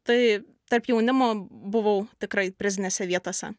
tai tarp jaunimo buvau tikrai prizinėse vietose